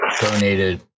donated